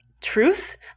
truth